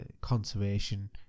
Conservation